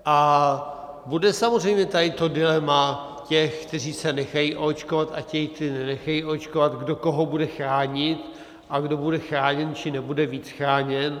A bude samozřejmě tady to dilema těch, kteří se nechají oočkovat, a těch kteří se nenechají oočkovat, kdo koho bude chránit a kdo bude chráněn či nebude víc chráněn.